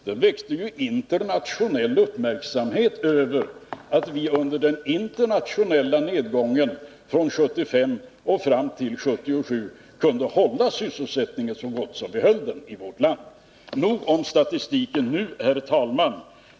Det väckte internationell uppmärksamhet att vi under den internationella nedgången från 1975 fram till 1977 kunde hålla sysselsättningen så högt uppe som vi gjorde i vårt land. Nog med statistiken nu, herr talman.